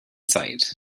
sight